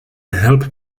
help